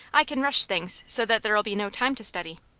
i can rush things so that there'll be no time to study.